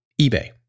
eBay